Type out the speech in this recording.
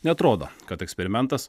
neatrodo kad eksperimentas